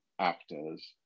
actors